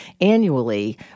annually